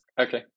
okay